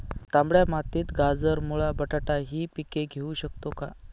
तांबड्या मातीत गाजर, मुळा, बटाटा हि पिके घेऊ शकतो का?